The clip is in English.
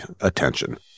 attention